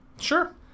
Sure